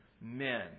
men